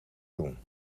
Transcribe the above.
doen